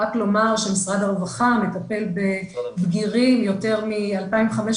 רק לומר שמשרד הרווחה מטפל ביותר מ-2,500